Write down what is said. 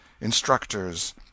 instructors